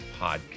podcast